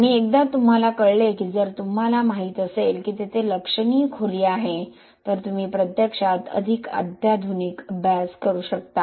आणि एकदा तुम्हाला कळले की जर तुम्हाला माहित असेल की तेथे लक्षणीय खोली आहे तर तुम्ही प्रत्यक्षात अधिक अत्याधुनिक अभ्यास करू शकता